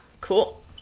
cool